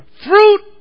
fruit